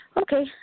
okay